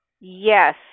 Yes